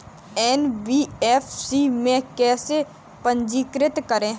NBFC में कैसे पंजीकृत करें?